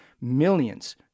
millions